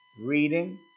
Reading